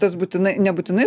tas būtinai nebūtinai